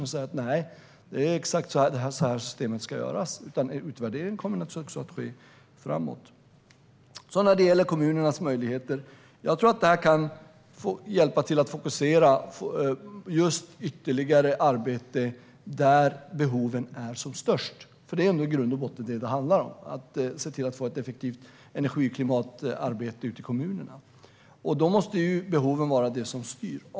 Man kan inte säga att systemet ska göras på exakt det sättet. Och utvärderingar kommer naturligtvis att göras även framöver. När det gäller kommunernas möjligheter tror jag att det här kan hjälpa till att fokusera ytterligare arbete på de områden där behoven är som störst. Det handlar ändå i grund och botten om att se till att få ett effektivt energi och klimatarbete i kommunerna. Då måste det vara behoven som styr.